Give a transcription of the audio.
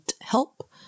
help